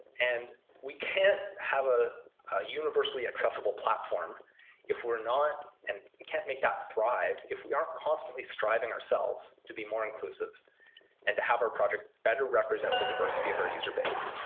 and we can't have a universally accessible platform if we're not and we can't make out thrive if we aren't constantly striving ourselves to be more inclusive and to have our project better represent the diversity of our user base.